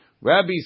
Rabbi